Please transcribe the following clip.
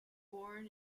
born